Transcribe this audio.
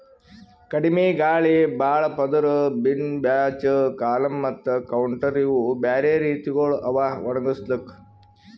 ಕಡಿಮಿ ಗಾಳಿ, ಭಾಳ ಪದುರ್, ಬಿನ್ ಬ್ಯಾಚ್, ಕಾಲಮ್ ಮತ್ತ ಕೌಂಟರ್ ಇವು ಬ್ಯಾರೆ ರೀತಿಗೊಳ್ ಅವಾ ಒಣುಗುಸ್ಲುಕ್